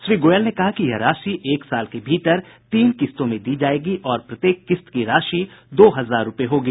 श्री गोयल ने कहा कि यह राशि एक साल के भीतर तीन किस्तों में दी जायेगी और प्रत्येक किस्त की राशि दो हजार रूपये होगी